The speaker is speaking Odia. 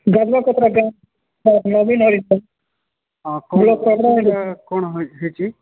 ଧନିଆ ପତ୍ର ଗାଁ କ'ଣ ହୋଇଛି